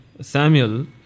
Samuel